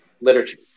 literature